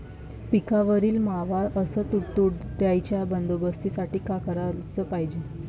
पिकावरील मावा अस तुडतुड्याइच्या बंदोबस्तासाठी का कराच पायजे?